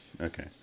okay